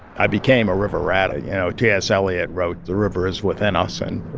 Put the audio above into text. i became a river rat, you know? t s. eliot wrote, the river is within us. and,